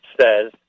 says